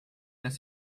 las